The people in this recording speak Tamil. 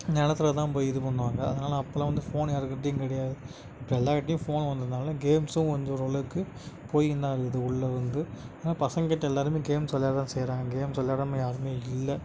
நிலத்துல தான் போய் இது பண்ணுவாங்க அதனால் அப்போல்லாம் வந்து ஃபோன் யாருக்கிட்டேயும் கிடையாது இப்போ எல்லார்கிட்டேயும் ஃபோன் வந்ததினால கேம்ஸ்ஸும் வந்து ஓரளவுக்கு போய்கின்னு தான் இருக்குது உள்ளே வந்து ஆனால் பசங்கக்கிட்ட எல்லோருமே கேம்ஸ் விளையாட தான் செய்கிறாங்க கேம்ஸ் விளையாடாமல் யாருமே இல்லை